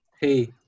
hey